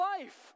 life